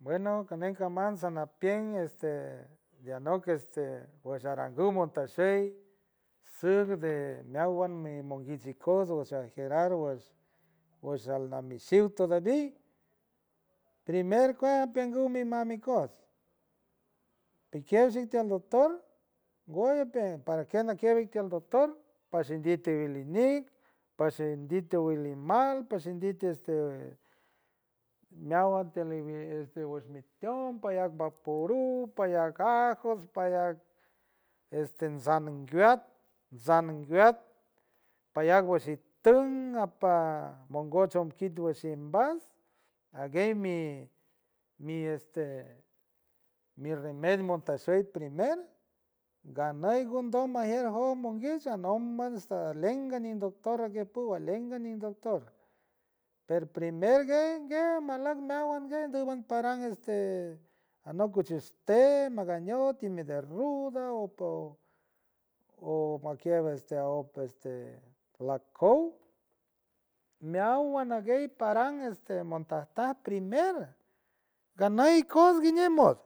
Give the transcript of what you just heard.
Bueno can cama sa ma pient este y anock este woshara ngu montashuy sur de meowan mi monguich ikoots wusha jerar wushal na mi si uta di wiy primer cuan apinguo mi mami koots te quieres irte al doctor bueno que para que quiere ir doctor pa shinditi wilimi pa shinditi wili mal, pa shinditi este meowan te le deje mi ñonpa paya vaporuck paya ajos paya esta sanangreat, payat guashiton apa mongot chut mbats aguey mi, mi este remen montashuy primer ganuy gondo majier jo monguich ando hasta lengani doctor, puro alengani doctor pero primer guen guen mala meawan guen ando amparan este anock cuchuch té maga ñu time de ruda o pow o makier este a op la cow meowan naguey parant este montasta primer ganuy ikoots guiñe mont